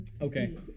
Okay